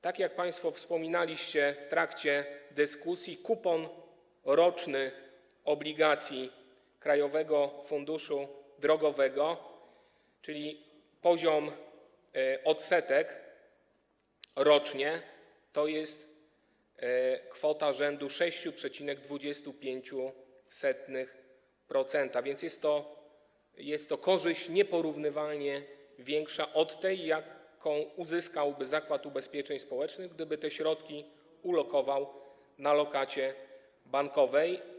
Tak jak państwo wspominaliście w trakcie dyskusji, roczny kupon obligacji Krajowego Funduszu Drogowego, czyli poziom odsetek rocznie, to jest kwota rzędu 6,25%, więc jest to korzyść nieporównywalnie większa od tej, jaką uzyskałby Zakład Ubezpieczeń Społecznych, gdyby te środki ulokował na lokacie bankowej.